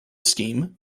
scheme